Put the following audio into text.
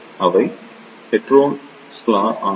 அவை ஹீட்டோரோஸ்ட்ரக்சர்களால் ஆனவை